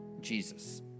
Jesus